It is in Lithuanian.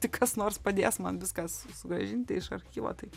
tik kas nors padės man viską sugrąžinti iš archyvo tai